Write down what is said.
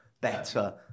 better